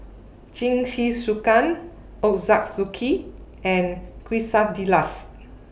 Jingisukan Ochazuke and Quesadillas